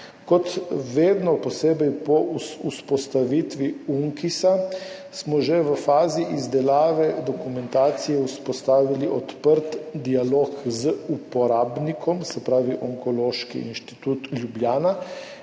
Kot vedno, posebej po vzpostavitvi UNKIZ, smo že v fazi izdelave dokumentacije vzpostavili odprt dialog z uporabnikom, se pravi z Onkološkim inštitutom Ljubljana,